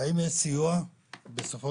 האם יש סיוע למשפחות?